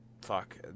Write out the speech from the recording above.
fuck